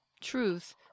truth